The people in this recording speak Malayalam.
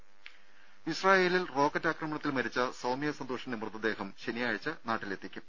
ദേദ ഇസ്രായേലിൽ റോക്കറ്റ് ആക്രമണത്തിൽ മരിച്ച സൌമ്യ സന്തോഷിന്റെ മൃതദേഹം ശനിയാഴ്ച നാട്ടിലെത്തിക്കും